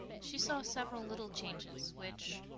she saw several little changes which,